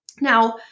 Now